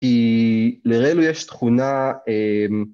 ‫כי לרלו לו יש תכונה...